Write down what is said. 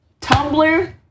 tumblr